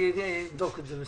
אני אבדוק את זה.